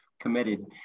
committed